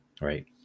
right